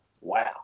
Wow